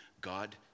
God